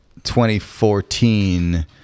2014